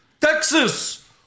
Texas